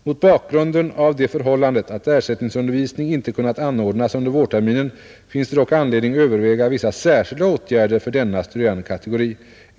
Mot bakgrunden av det förhållandet att ersättningsundervisning inte kunnat anordnas under vårterminen finns det dock anledning överväga vissa särskilda åtgärder för denna studerandekategori.